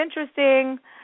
interesting